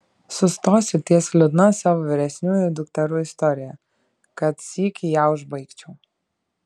sustosiu ties liūdna savo vyresniųjų dukterų istorija kad sykį ją užbaigčiau